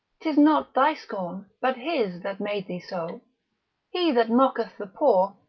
tis not thy scorn, but his that made thee so he that mocketh the poor,